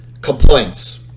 complaints